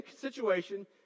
situation